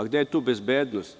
Gde je tu bezbednost?